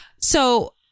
So-